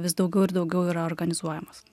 vis daugiau ir daugiau yra organizuojamos